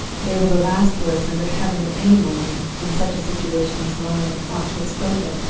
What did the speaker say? they were the last words under heaven that any woman, in such a situation as mine, ought to have spoken.